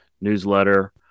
newsletter